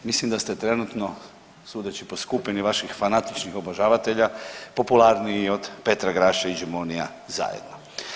Mislim da ste trenutno sudeći po skupini vaših fanatičnih obožavatelja popularniji od Petra Graše i Gibonija zajedno.